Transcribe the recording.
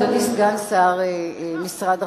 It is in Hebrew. אדוני סגן שר החוץ,